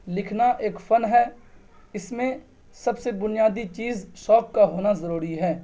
لکھنا ایک فن ہے اس میں سب سے بنیادی چیز شوق کا ہونا ضروری ہے